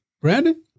Brandon